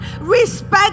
respect